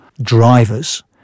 drivers